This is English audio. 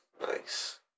Nice